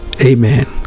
Amen